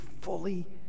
fully